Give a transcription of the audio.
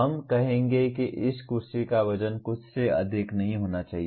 हम कहेंगे कि इस कुर्सी का वजन कुछ से अधिक नहीं होना चाहिए